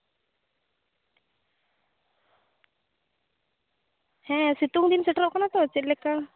ᱦᱮᱸ ᱥᱤᱛᱩᱝ ᱫᱤᱱ ᱥᱮᱴᱮᱨᱚᱜ ᱠᱟᱱᱟ ᱛᱚ ᱪᱮᱫ ᱞᱮᱠᱟ